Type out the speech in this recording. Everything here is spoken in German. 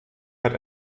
hat